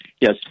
yes